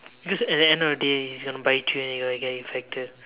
because at the end of the day he's gonna bite you and you will get infected